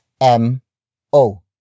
m-o